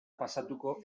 pasatuko